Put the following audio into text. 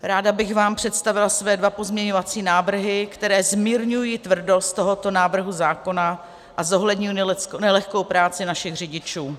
Ráda bych vám představila své dva pozměňovací návrhy, které zmírňují tvrdost tohoto návrhu zákona a zohledňují nelehkou práci našich řidičů.